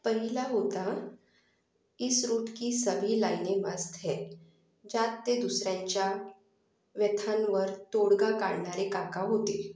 पहिला होता इस रूट की सभी लाईने मस्त हे ज्यात ते दुसऱ्यांच्या व्यथांवर तोडगा काढणारे काका होते